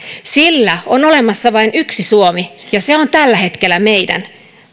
sillä on olemassa vain yksi suomi ja se on tällä hetkellä meidän